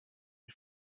les